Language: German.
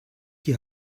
die